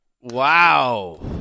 Wow